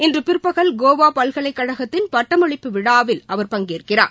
இன்று பிற்பகல் கோவா பல்கலைக்கழகத்தின் பட்டமளிப்பு விழாவில் அவர் பங்கேற்கிறார்